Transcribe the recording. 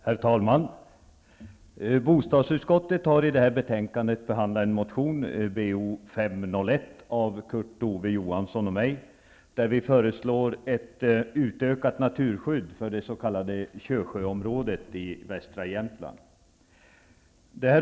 Herr talman! Bostadsutskottet har i det här betänkande behandlat en motion, Bo501, väckt av Kurt Ove Johansson och mig, där vi föreslår ett utökat naturskydd för det s.k. Kösjöområdet i västra Jämtland.